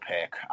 pick